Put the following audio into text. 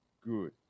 good